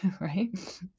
right